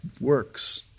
works